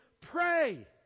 pray